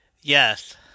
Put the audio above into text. Yes